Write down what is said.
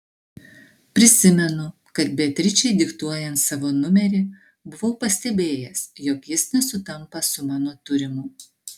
prisimenu kad beatričei diktuojant savo numerį buvau pastebėjęs jog jis nesutampa su mano turimu